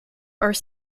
are